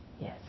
Yes